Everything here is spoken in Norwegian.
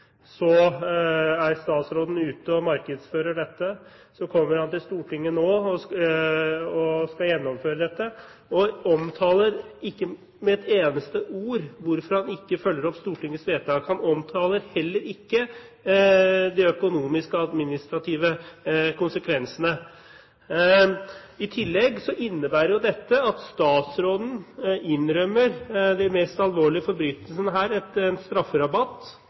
Så kommer han til Stortinget nå og skal gjennomføre det, og omtaler ikke med et eneste ord hvorfor han ikke følger opp Stortingets vedtak. Han omtaler heller ikke de økonomisk/administrative konsekvensene. I tillegg innebærer dette at statsråden innrømmer de mest alvorlige forbrytelsene en strafferabatt